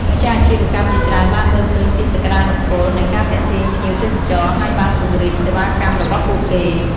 ម្ចាស់អាជីវកម្មជាច្រើនបានមើលឃើញពីសក្ដានុពលនៃការទាក់ទាញភ្ញៀវទេសចរ ហើយបានពង្រីកសេវាកម្មរបស់ពួកគេ។